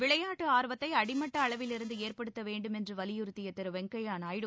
விளையாட்டு ஆர்வத்தை அடிமட்ட அளவிலிருந்து ஏற்படுத்த வேண்டுமென்று வலியுறுத்திய திரு வெங்கய்ய நாயுடு